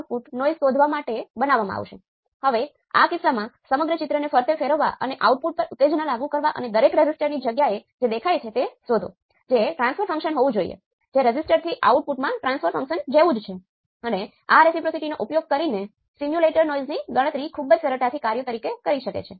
સ્પષ્ટપણે આ પદ્ધતિ ત્યારે જ લાગુ પડે છે કે જ્યારે સર્કિટ દ્વારા બદલવામાં આવે છે